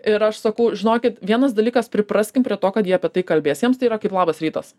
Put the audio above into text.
ir aš sakau žinokit vienas dalykas pripraskim prie to kad jie apie tai kalbės jiems tai yra kaip labas rytas